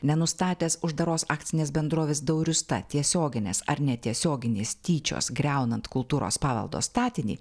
nenustatęs uždaros akcinės bendrovės dauriusta tiesioginės ar netiesioginės tyčios griaunant kultūros paveldo statinį